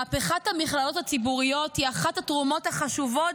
מהפכת המכללות הציבוריות היא אחת התרומות החשובות